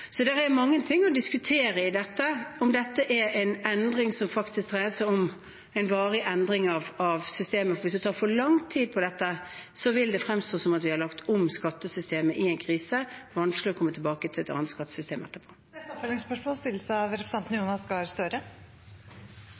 Så det er mange ting å diskutere i dette, om dette er en endring som faktisk dreier seg om en varig endring av systemet. Hvis det tar for lang tid, vil det fremstå som at vi har lagt om skattesystemet i en krise, det er vanskelig å komme tilbake til et annet skattesystem etterpå. Jonas Gahr Støre – til oppfølgingsspørsmål. Representanten